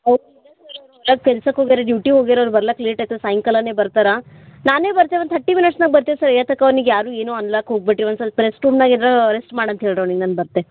ಅವ್ರು ಇಲ್ಲ ಸರ್ ಅವರು ಹೊರಗೆ ಕೆಲ್ಸಕ್ಕೆ ಹೋಗ್ಯಾರ ಡ್ಯೂಟಿ ಹೋಗ್ಯಾರ ಅವ್ರು ಬರ್ಲಕ್ಕ ಲೇಟ್ ಆಯ್ತದೆ ಸಾಯಂಕಲನೆ ಬರ್ತಾರೆ ನಾನೇ ಬರ್ತೇವೆ ಒಂದು ಥರ್ಟಿ ಮಿನಿಟ್ಸ್ನಾಗೆ ಬರ್ತೇವೆ ಸರ್ ಏತಕ ಅವ್ನಿಗೆ ಯಾರೂ ಏನೂ ಅನ್ಲಕ ಹೋಗಬೇಡ್ರಿ ಒಂದು ಸ್ವಲ್ಪ ರೆಸ್ಟ್ರೂಮ್ನಾಗೆ ಇರು ರೆಸ್ಟ್ ಮಾಡಂತ ಹೇಳಿರಿ ಅವ್ನಿಗೆ ನಾ ಬರ್ತೆ